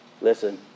listen